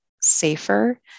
safer